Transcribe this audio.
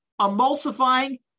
emulsifying